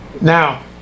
Now